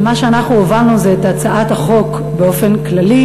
מה שאנחנו הובלנו זה את הצעת החוק באופן כללי.